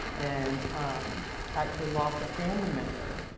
and actually lost a family member,